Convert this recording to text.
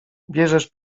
bierzesz